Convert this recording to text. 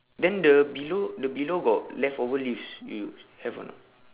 then the below the below got left over leaves you have or not